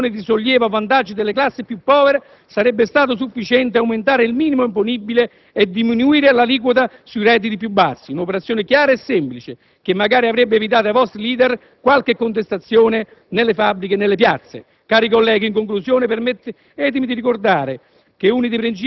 una operazione di sollievo a vantaggio delle classi più povere sarebbe stato sufficiente aumentare il minimo imponibile e diminuire l'aliquota sui redditi più bassi, una operazione chiara e semplice che magari avrebbe evitato ai vostri *leader* qualche contestazione nelle fabbriche e nelle piazze. Cari colleghi, in conclusione, permettetemi di ricordare